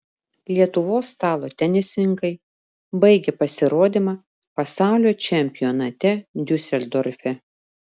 lietuvos stalo tenisininkai baigė pasirodymą pasaulio čempionate diuseldorfe